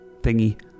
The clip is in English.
thingy